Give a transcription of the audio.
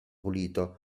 pulito